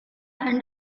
and